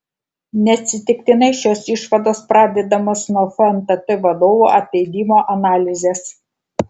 neatsitiktinai šios išvados pradedamos nuo fntt vadovų atleidimo analizės